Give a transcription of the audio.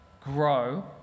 grow